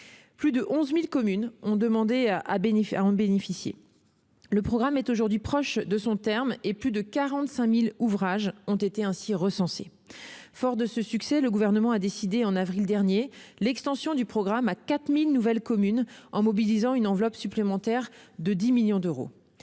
Plus de 11 000 communes ont demandé à en bénéficier. Le programme est désormais proche de son terme et plus de 45 000 ouvrages ont été ainsi recensés. Fort de ce succès, le Gouvernement a décidé en avril dernier l'extension du programme à 4 000 nouvelles communes en mobilisant une enveloppe supplémentaire de 10 millions d'euros.